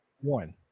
One